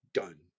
done